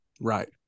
Right